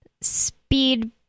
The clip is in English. speed